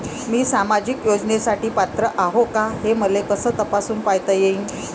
मी सामाजिक योजनेसाठी पात्र आहो का, हे मले कस तपासून पायता येईन?